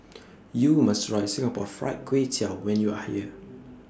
YOU must Try Singapore Fried Kway Tiao when YOU Are here